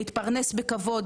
להתפרנס בכבוד.